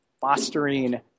fostering